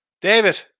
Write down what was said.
David